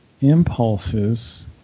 impulses